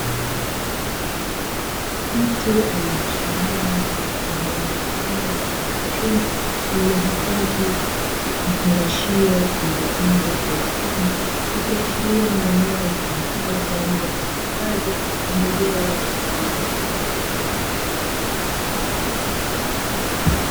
Mtu aliyechuchumaa katika eneo la ndani mfano wa chumba, lililohifadhi vifungashio vilivyopangwa kwa ustadi, ikiashiria ni eneo litumikalo kwa ajili ya kuhifadhi pembejeo za kilimo.